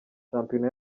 shampiyona